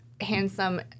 handsome